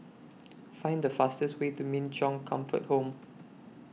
Find The fastest Way to Min Chong Comfort Home